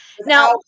Now